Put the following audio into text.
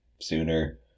sooner